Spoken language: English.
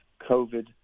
COVID